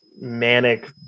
manic